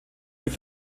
gibt